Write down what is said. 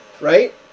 Right